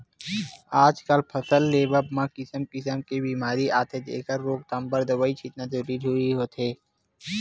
आजकल फसल लेवब म किसम किसम के बेमारी आथे जेखर रोकथाम बर दवई छितना जरूरी होथे